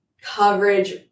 coverage